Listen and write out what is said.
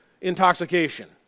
intoxication